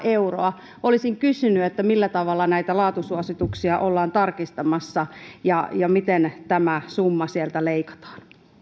euroa olisin kysynyt millä tavalla näitä laatusuosituksia ollaan tarkistamassa ja ja miten tämä summa sieltä leikataan